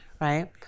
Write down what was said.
right